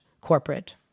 corporate